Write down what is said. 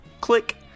Click